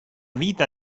vita